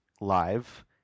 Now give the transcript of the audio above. live